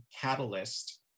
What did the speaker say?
catalyst